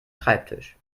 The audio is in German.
schreibtisch